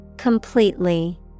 Completely